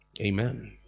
Amen